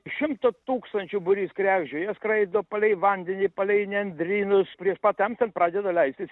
šimto tūkstančių būrys kregždžių jie skraido palei vandenį palei nendrynus prieš pat temstant pradeda leistis